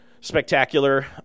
spectacular